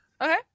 Okay